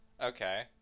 Okay